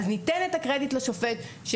אז ניתן את הקרדיט לשופט.